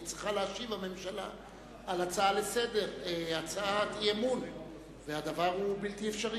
היא צריכה להשיב על הצעת אי-אמון והדבר בלתי אפשרי.